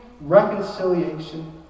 reconciliation